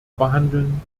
behandeln